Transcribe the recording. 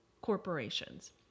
corporations